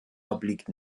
obliegt